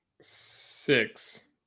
Six